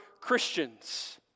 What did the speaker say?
Christians